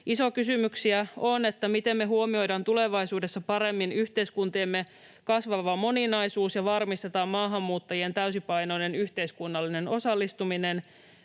Isoja kysymyksiä on: miten me huomioidaan tulevaisuudessa paremmin yhteiskuntiemme kasvava moninaisuus ja varmistetaan maahanmuuttajien täysipainoinen yhteiskunnallinen osallistuminen,